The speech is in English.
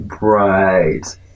Right